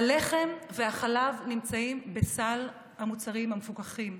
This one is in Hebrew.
הלחם והחלב נמצאים בסל המוצרים המפוקחים.